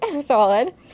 solid